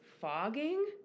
fogging